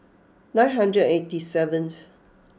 nine hundred and eighty seventh